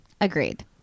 agreed